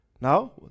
Now